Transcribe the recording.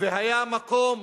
והיה מקום